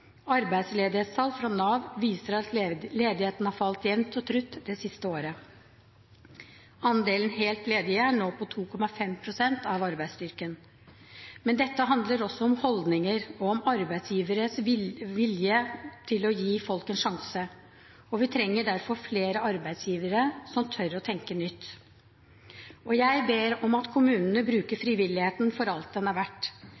Arbeidsledighetstall fra Nav viser at ledigheten har falt jevnt og trutt det siste året. Andelen helt ledige er nå på 2,5 pst. av arbeidsstyrken. Men dette handler også om holdninger og om arbeidsgiveres vilje til å gi folk en sjanse, og vi trenger derfor flere arbeidsgivere som tør å tenke nytt. Jeg ber om at kommunene bruker